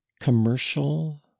commercial